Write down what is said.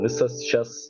visas šias